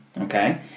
okay